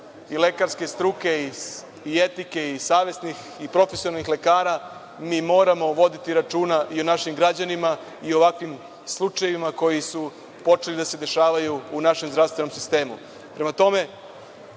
lekarske struke i etike i savesnih i profesionalnih lekara mi moramo voditi računa i o našim građanima i ovakvim slučajevima koji su počeli da se dešavaju u našem zdravstvenom sistemu. Prema tome,